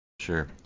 Sure